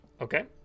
Okay